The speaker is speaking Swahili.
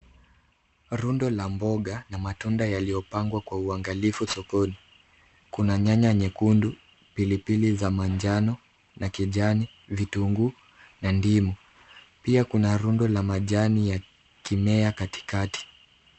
Rundo la mboga na matunda yaliyopangwa kwa uangalifu sokoni. Kuna nyanya nyekundu, pilipili za manjano na kijani, vitunguu na ndimu. Pia kuna rundo la majani ya kimea katikati.